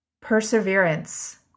Perseverance